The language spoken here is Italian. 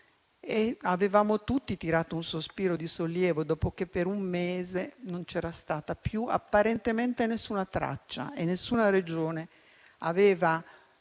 Avevamo tutti tirato un sospiro di sollievo dopo che per un mese non c'era stata più apparentemente alcuna traccia. Nessuna Regione aveva